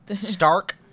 Stark